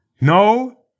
No